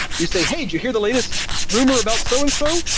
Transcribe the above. you say, hey, did you hear the latest rumor about so and so?